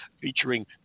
featuring